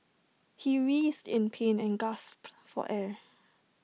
he writhed in pain and gasped for air